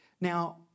Now